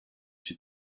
two